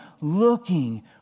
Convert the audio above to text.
looking